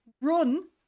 run